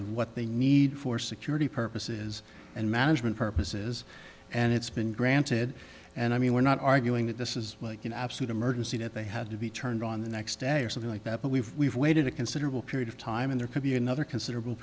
of what they need for security purposes and management purposes and it's been granted and i mean we're not arguing that this is like an absolute emergency that they had to be turned on the next day or something like that but we've we've waited a considerable period of time in there could be another considerable